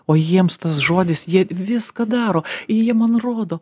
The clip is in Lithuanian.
o jiems tas žodis jie viską daro jie man rodo